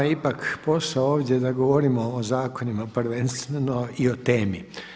Nama je ipak posao ovdje da govorimo o zakonima prvenstveno i o temi.